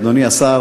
אדוני השר,